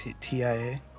TIA